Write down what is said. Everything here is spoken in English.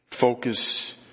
Focus